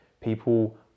people